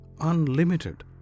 unlimited